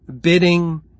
bidding